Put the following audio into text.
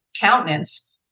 countenance